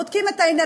בודקים את העניין,